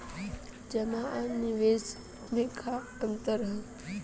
जमा आ निवेश में का अंतर ह?